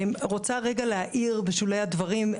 אני רוצה רגע להעיר בשולי הדברים,